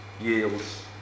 yields